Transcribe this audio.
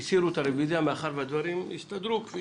הסירו את הרוויזיה, מאחר שהדברים הסתדרו כפי